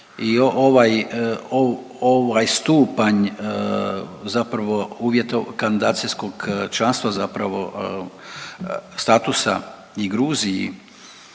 ovaj stupanj zapravo uvjeta kandidacijskog članstva zapravo statusa i Gruziji